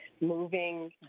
moving